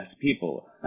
people